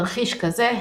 בתרחיש כזה,